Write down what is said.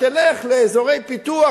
תלך לאזורי פיתוח,